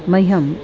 मह्यम्